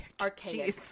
archaic